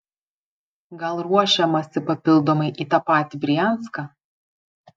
gal ruošiamasi papildomai į tą patį brianską